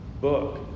book